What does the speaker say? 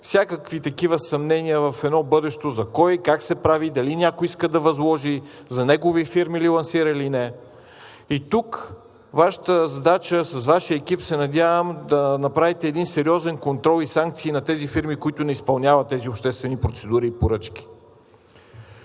всякакви такива съмнения в бъдеще – за кого, как се прави, дали някой иска да възложи, за негови фирми ли лансира, или не. И тук Вашата задача – с Вашия екип се надявам да направите един сериозен контрол и санкции на тези фирми, които не изпълняват тези обществени процедури и поръчки.